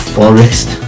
forest